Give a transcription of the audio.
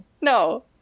No